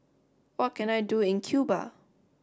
what can I do in Cuba